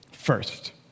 First